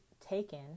taken